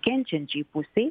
kenčiančiai pusei